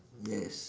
yes